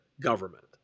government